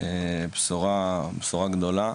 בשורה גדולה,